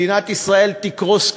מדינת ישראל תקרוס כלכלית.